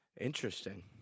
Interesting